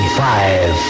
five